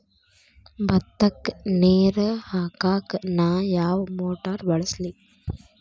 ಭತ್ತಕ್ಕ ನೇರ ಹಾಕಾಕ್ ನಾ ಯಾವ್ ಮೋಟರ್ ಬಳಸ್ಲಿ?